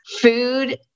food